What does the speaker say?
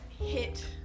hit